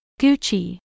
Gucci